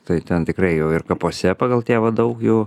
tai ten tikrai jau ir kapuose pagal tėvą daug jau